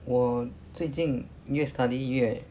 我最近越 study 越